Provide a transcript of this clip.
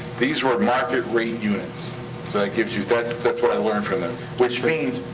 these were market-rate units. so that gives you. that's that's what i learned from them. which means,